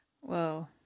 Whoa